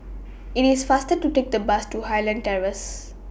IT IS faster to Take The Bus to Highland Terrace